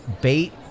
Bait